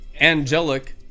angelic